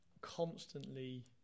constantly